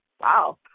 wow